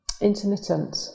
intermittent